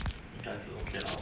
应该是 okay lah